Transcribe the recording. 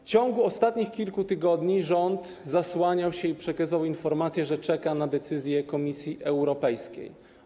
W ciągu ostatnich kilku tygodniach rząd zasłaniał się i przekazywał informacje, że czeka na decyzję Komisji Europejskiej.